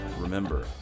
remember